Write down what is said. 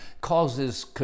causes